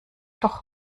doch